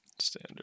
Standard